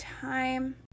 time